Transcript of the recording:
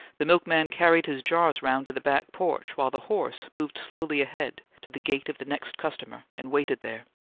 the milkman carried his jars round to the back porch, while the horse moved slowly ahead to the gate of the next customer and waited there.